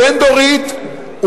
הבין-דורית,